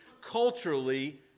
culturally